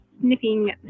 sniffing